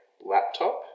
laptop